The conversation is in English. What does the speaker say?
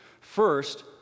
First